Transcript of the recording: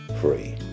free